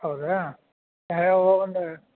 ಹೌದಾ